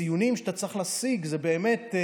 הציונים שאתה צריך להשיג זה באמת,